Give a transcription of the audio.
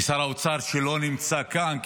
ושר האוצ, ר שלא נמצא כאן.